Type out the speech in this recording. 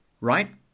Right